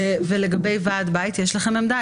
ולגבי ועד הבית יש לכם עמדה?